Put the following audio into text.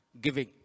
giving